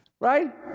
right